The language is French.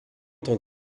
tant